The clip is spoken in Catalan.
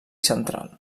central